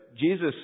Jesus